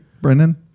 Brendan